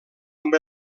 amb